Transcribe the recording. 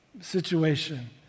situation